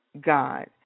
God